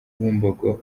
bumbogo